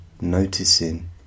noticing